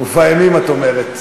מופע אימים, את אומרת.